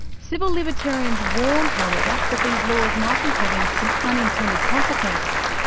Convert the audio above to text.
civil libertarians warn, however, that these laws might be having some unintended consequences.